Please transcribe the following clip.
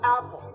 Apple